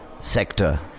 sector